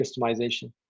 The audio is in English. customization